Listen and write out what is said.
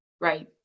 Right